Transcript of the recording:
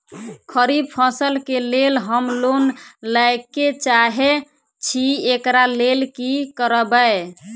खरीफ फसल केँ लेल हम लोन लैके चाहै छी एकरा लेल की करबै?